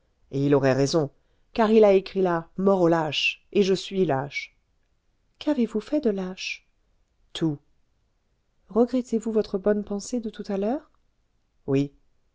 et il aurait raison car il a écrit là mort aux lâches et je suis lâche qu'avez-vous fait de lâche tout regrettez-vous votre bonne pensée de tout à l'heure oui